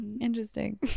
Interesting